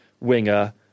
winger